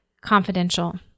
confidential